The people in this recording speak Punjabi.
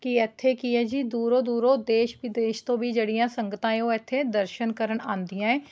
ਕਿ ਇੱਥੇ ਕੀ ਹੈ ਜੀ ਦੂਰੋਂ ਦੂਰੋਂ ਦੇਸ਼ ਵਿਦੇਸ਼ ਤੋਂ ਵੀ ਜਿਹੜੀਆਂ ਸੰਗਤਾਂ ਹੈ ਉਹ ਇੱਥੇ ਦਰਸ਼ਨ ਕਰਨ ਆਉਂਦੀਆਂ ਹੈ